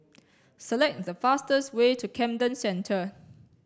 select the fastest way to Camden Centre